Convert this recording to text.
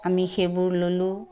আমি সেইবোৰ ল'লোঁ